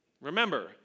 remember